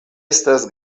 estas